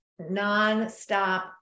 nonstop